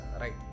right